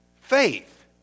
faith